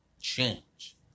change